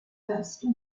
sesto